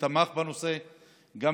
תמך בנושא בהיותו השר לביטחון פנים,